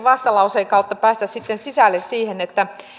vastalauseen kautta päästä sisälle siihen